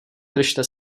držte